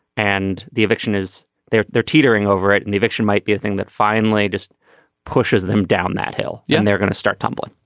and the eviction is there. they're teetering over it and the eviction might be a thing that finally just pushes them down that hill yeah and they're going to start tumbling.